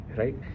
right